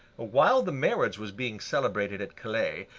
while the marriage was being celebrated at calais,